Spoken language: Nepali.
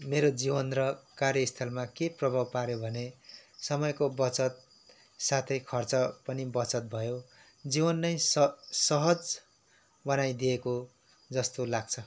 मेरो जीवन र कार्यस्थलमा के प्रभाव पाऱ्यो भने समयको बचत साथै खर्च पनि बचत भयो जीवन नै स सहज बनाइदिएको जस्तो लाग्छ